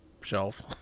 shelf